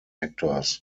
actors